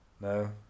No